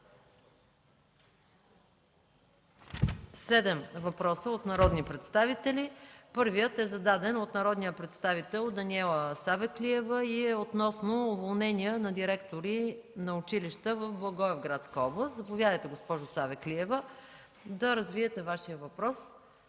на 7 въпроса от народни представители. Първият е зададен от народния представител Даниела Савеклиева относно уволнение на директори на училища в Благоевградска област. Заповядайте, госпожо Савеклиева, да развиете Вашия въпрос.